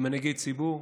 עם מנהיגי ציבור,